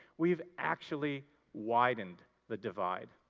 we've actually widened the divide.